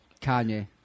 Kanye